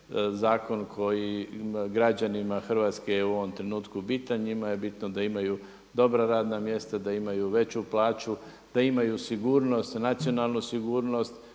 zakon koji je građanima Hrvatske u ovom trenutku bitan. Njima je bitno da imaju dobra radna mjesta, da imaju veću plaću, da imaju sigurnost, nacionalnu sigurnost.